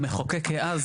המחוקק אז,